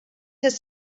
his